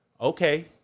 Okay